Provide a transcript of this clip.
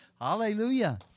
hallelujah